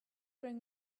bring